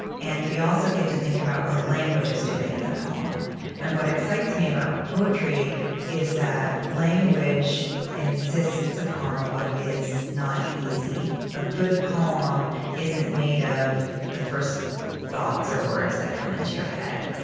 and we also get to think about what language is doing in the poem and what excites me about poetry is that language insists upon what is not easy. a good poem isn't made of the first thoughts or words that come into your head.